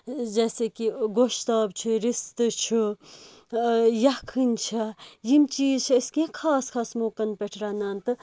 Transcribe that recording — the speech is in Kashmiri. جیسے کہِ گۄشتاب چھ رِستہٕ چھُ یَکھٕنۍ چھ یِم چیز چھِ أسۍ کیٚنٛہہ خاص خاص موقعن پٮ۪ٹھ رَنان تہٕ